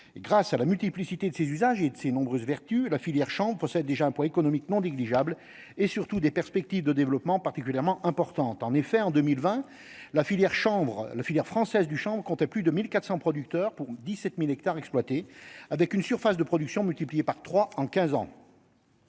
grâce à la multiplicité de ses usages et de ses nombreuses vertus la filière chambre déjà un poids économique non négligeable et surtout des perspectives de développement particulièrement importante en effet en 2020 la filière chambre la filière française du chambre comptait plus de 1400 producteurs pour 17000 hectares exploités avec une surface de production multipliée par 3 en 15 ans.